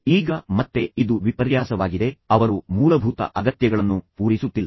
ಈಗ ಮತ್ತೆ ಇದು ವಿಪರ್ಯಾಸವಾಗಿದೆ ಅವರು ಮೂಲಭೂತ ಅಗತ್ಯಗಳನ್ನು ಪೂರೈಸುತ್ತಿಲ್ಲ